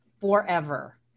forever